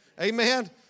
Amen